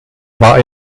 war